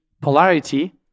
polarity